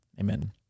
Amen